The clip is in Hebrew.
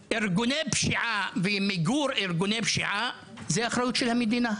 אבל ארגוני הפשיעה ומיגור ארגוני הפשיעה זה באחריות המדינה,